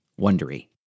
wondery